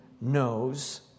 knows